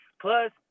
Plus